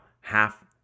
half